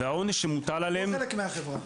הם לא חלק מהחברה.